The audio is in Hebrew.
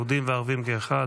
יהודים וערבים כאחד.